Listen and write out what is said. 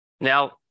Now